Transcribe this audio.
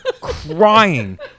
crying